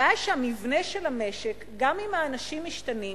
הבעיה שהמבנה של המשק, גם אם האנשים משתנים,